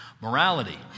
Morality